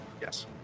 Yes